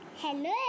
Hello